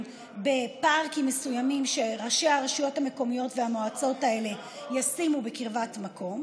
בפארקים מסוימים שראשי הרשויות המקומיות והמועצות האלה יקימו בקרבת מקום,